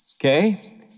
okay